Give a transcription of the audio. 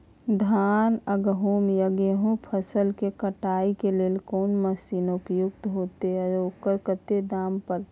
धान आ गहूम या गेहूं फसल के कटाई के लेल कोन मसीन उपयुक्त होतै आ ओकर कतेक दाम परतै?